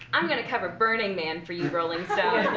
i'm going to cover burning man for you, rolling stone.